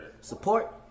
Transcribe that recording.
Support